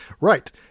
Right